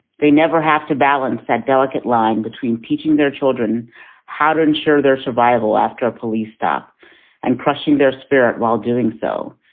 they never have to balance that delicate line between teaching their children how to ensure their survival after a police stop and crushing their spirit while doing so,